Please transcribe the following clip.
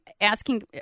asking